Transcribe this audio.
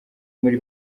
muri